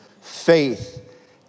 faith